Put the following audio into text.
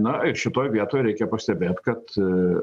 na ir šitoj vietoj reikia pastebėt kad